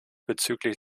bezüglich